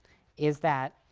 is that,